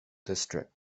district